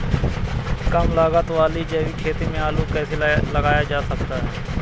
कम लागत वाली जैविक खेती में आलू कैसे लगाया जा सकता है?